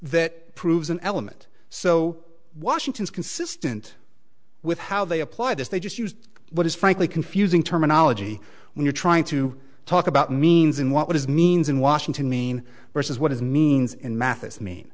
that proves an element so washington is consistent with how they apply this they just used what is frankly confusing terminology when you're trying to talk about means in what is means in washington mean versus what is means in math